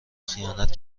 خیانت